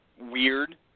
weird